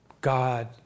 God